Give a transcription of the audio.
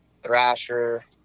thrasher